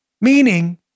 Meaning